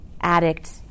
addict